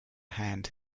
hand